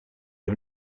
him